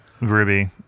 Ruby